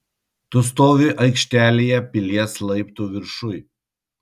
tu stovi aikštelėje pilies laiptų viršuj